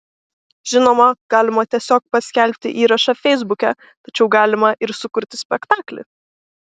žinoma galima tiesiog paskelbti įrašą feisbuke tačiau galima ir sukurti spektaklį